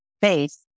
faith